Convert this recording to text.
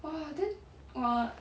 !wah! then !wah!